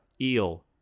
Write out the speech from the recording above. eel